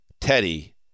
Teddy